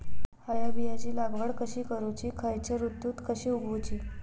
हया बियाची लागवड कशी करूची खैयच्य ऋतुत कशी उगउची?